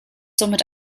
somit